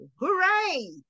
Hooray